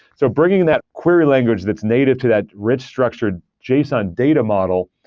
so bringing that query language that's native to that rich structured json data model,